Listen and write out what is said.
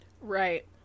Right